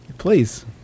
Please